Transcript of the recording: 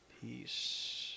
Peace